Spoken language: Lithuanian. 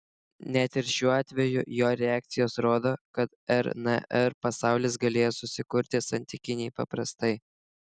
net ir šiuo atveju jo reakcijos rodo kad rnr pasaulis galėjo susikurti santykiniai paprastai